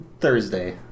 Thursday